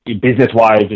business-wise